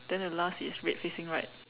then the last is red facing right